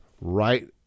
right